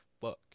fuck